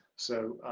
so,